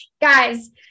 guys